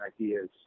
ideas